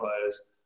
players